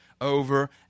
over